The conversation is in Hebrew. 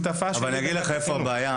אני אגיד לך איפה הבעיה,